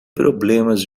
problemas